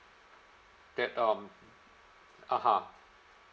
that um (uh huh)